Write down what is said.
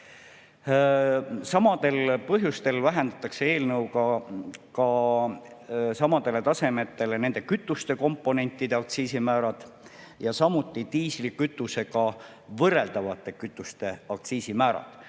Samadel põhjustel vähendatakse eelnõuga samadele tasemetele nende kütuste komponentide aktsiisimäärad, samuti diislikütusega võrreldavate kütuste aktsiisimäärad.